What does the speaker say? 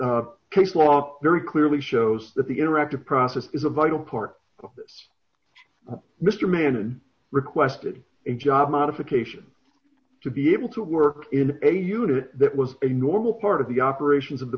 the case law very clearly shows that the interactive process is a vital part of this mister mann requested a job modification to be able to work in a unit that was a normal part of the operations of the